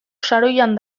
saroian